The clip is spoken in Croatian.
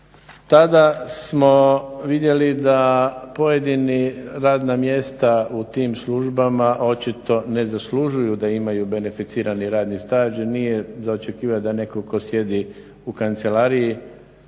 tada smo vidjeli da pojedina radna mjesta u tim službama očito ne zaslužuju da imaju beneficirani radni staž i nije za očekivati da netko tko sjedi u kancelariji